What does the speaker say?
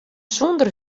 sûnder